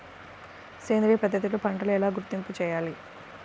సేంద్రియ పద్ధతిలో పంటలు ఎలా గుర్తింపు చేయాలి?